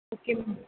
okay ma'am